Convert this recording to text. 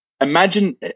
Imagine